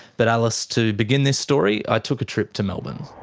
but alice, to begin this story i took a trip to melbourne.